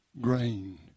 grain